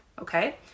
okay